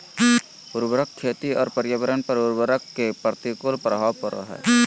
उर्वरक खेती और पर्यावरण पर उर्वरक के प्रतिकूल प्रभाव पड़ो हइ